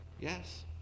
Yes